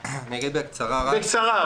בקצרה,